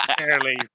fairly